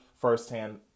firsthand